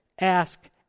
ask